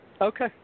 Okay